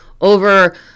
over